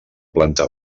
planta